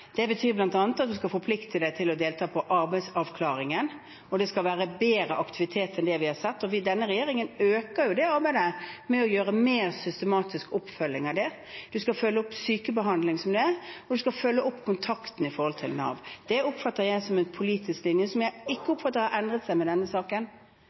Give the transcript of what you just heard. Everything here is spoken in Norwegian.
Det betyr bl.a. at man skal forplikte seg til å delta på arbeidsavklaringen, og det skal være bedre aktivitet enn det vi har sett. Denne regjeringen øker jo arbeidet med å gjøre en mer systematisk oppfølging av det. Man skal følge opp sykebehandlingen, og man skal følge opp kontakten med Nav. Det oppfatter jeg som en politisk linje som jeg ikke oppfatter har endret seg med denne saken.